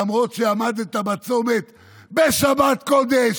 למרות שעמדת בצומת בשבת קודש,